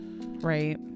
Right